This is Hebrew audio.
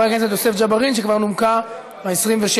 החקיקה, חברי,